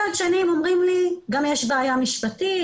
מצד שני, הם אומרים לי, גם יש בעיה משפטית,